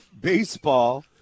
baseball